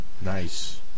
Nice